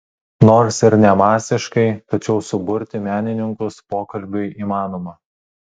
nors ir ne masiškai tačiau suburti menininkus pokalbiui įmanoma